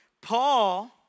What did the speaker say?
Paul